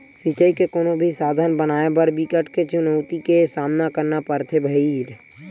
सिचई के कोनो भी साधन बनाए बर बिकट के चुनउती के सामना करना परथे भइर